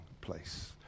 place